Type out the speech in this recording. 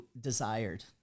desired